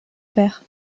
père